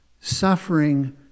suffering